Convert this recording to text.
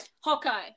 Hawkeye